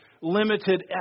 limited